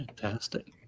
Fantastic